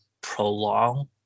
prolong